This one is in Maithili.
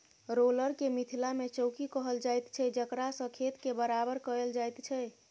रोलर के मिथिला मे चौकी कहल जाइत छै जकरासँ खेत के बराबर कयल जाइत छै